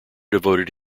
devoted